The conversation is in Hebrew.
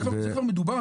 זה כבר מדובר.